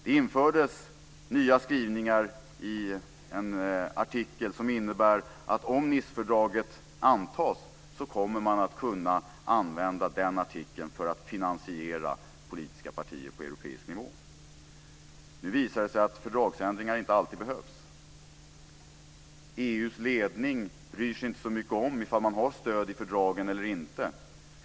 Det infördes nya skrivningar i en artikel som innebär att om Nicefördraget antas kommer man att kunna använda den artikeln för att finansiera politiska partier på europeisk nivå. Nu visar det sig att fördragsändringar inte alltid behövs. EU:s ledning bryr sig inte så mycket om ifall man har stöd i fördragen eller inte.